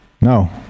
no